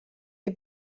die